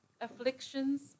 afflictions